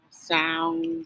Sound